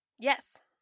Yes